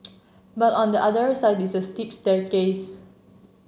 but on the other side is a steep staircase